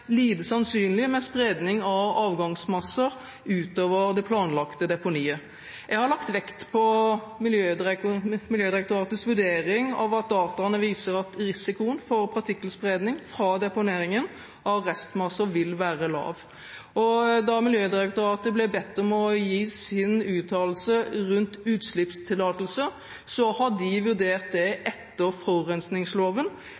lite sannsynlig med spredning av avgangsmasser utover det planlagte deponiet. Jeg har lagt vekt på Miljødirektoratets vurdering av at dataene viser at risikoen for partikkelspredning fra deponeringen av restmasser vil være lav. Da Miljødirektoratet ble bedt om å gi sin uttalelse rundt utslippstillatelser, vurderte de det etter forurensningsloven.